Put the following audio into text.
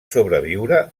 sobreviure